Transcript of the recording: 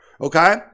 okay